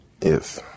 Yes